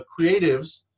creatives